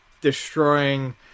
destroying